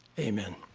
amen.